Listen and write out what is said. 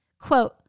Quote